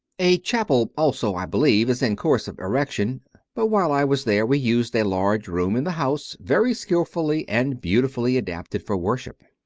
a chapel also, i believe, is in course of erection but while i was there we used a large room in the house, very skilfully and beautifully adapted for worship.